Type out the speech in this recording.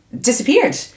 disappeared